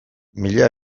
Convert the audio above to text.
mila